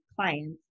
clients